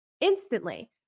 instantly